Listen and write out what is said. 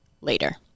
later